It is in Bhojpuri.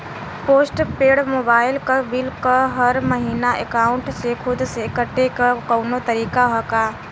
पोस्ट पेंड़ मोबाइल क बिल हर महिना एकाउंट से खुद से कटे क कौनो तरीका ह का?